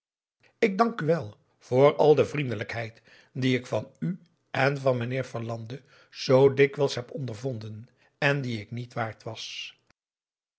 ik dank u wel voor al de vriendelijkheid die ik van u en van mijnheer verlande zoo dikwijls heb ondervonden en die ik niet waard was